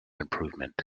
improvement